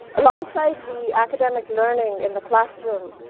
alongside the academic learning in the classroom,